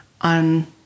on